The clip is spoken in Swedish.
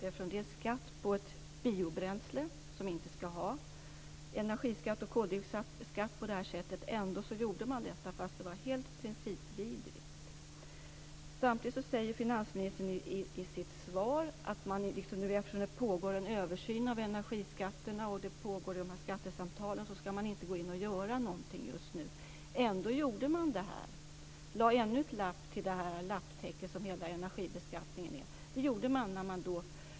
Det rör sig om en skatt på ett biobränsle, som inte skall vara energibeskattat och koldioxidbeskattat. Ändå införde man en sådan skatt, trots att det var helt principvidrigt. Samtidigt säger finansministern i sitt svar att eftersom det pågår en översyn av energiskatterna och skattesamtal skall man inte gå in och göra någonting just nu. Ändå gjorde man så här. Man lade ännu en lapp till det lapptäcke som hela energibeskattningen utgör.